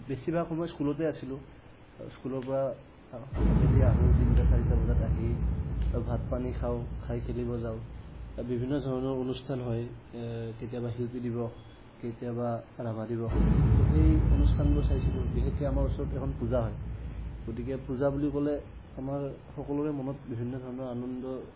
বেছিভাগ সময় স্কুলতে আছিলোঁ স্কুলৰ পৰা আবেলি আহোঁ তিনটা চাৰিটা বজাত আহি ভাত পানী খাওঁ খাই খেলিব যাওঁ বিভিন্ন ধৰণৰ অনুষ্ঠান হয় কেতিয়াবা শিল্পী দিৱস কেতিয়াবা ৰাভা দিৱস ত সেই অনুষ্ঠানবোৰ চাইছিলোঁ বিশেষকে আমাৰ ওঅচৰতে এখন পূজা হয়ংতিকে পূজা বুলি ক'লে আমাৰ সকলোৰে মনত বিভিন্ন ধৰণৰ আনন্দ